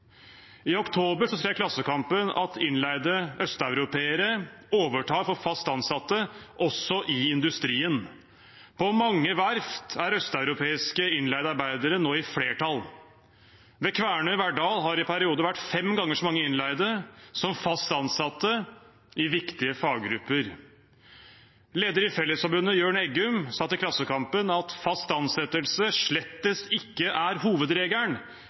I oktober skrev Klassekampen at innleide østeuropeere overtar for fast ansatte også i industrien. På mange verft er østeuropeiske innleide arbeidere nå i flertall. Ved Kværner Verdal har det i perioder vært fem ganger så mange innleide som fast ansatte i viktige faggrupper. Lederen i Fellesforbundet, Jørn Eggum, sa til Klassekampen at fast ansettelse slettes ikke er hovedregelen